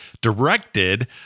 directed